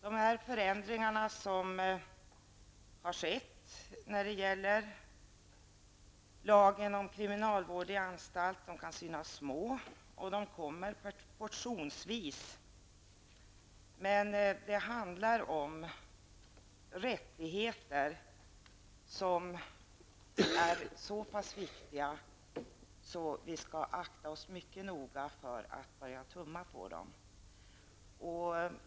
De förändringar som har skett i lagen om kriminalvård i anstalt kan synas små, och de kommer portionsvis. Det handlar dock om rättigheter som är så pass viktiga att vi skall akta oss mycket noga för att börja tumma på dem.